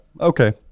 Okay